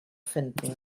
finden